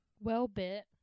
Well-bit